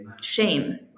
shame